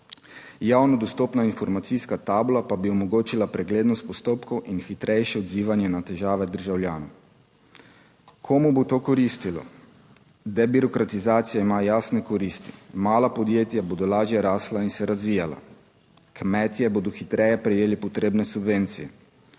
javno dostopna informacijska tabla pa bi omogočila preglednost postopkov in hitrejše odzivanje na težave državljanov. Komu bo to koristilo? Debirokratizacija ima jasne koristi: mala podjetja bodo lažje rasla in se razvijala. Kmetje bodo hitreje prejeli potrebne subvencije.